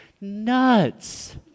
nuts